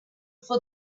for